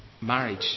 marriage